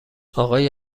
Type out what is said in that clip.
آقای